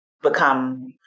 become